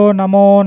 Namo